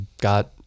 got